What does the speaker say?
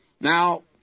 Now